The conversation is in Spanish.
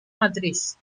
matriz